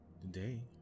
Today